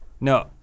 No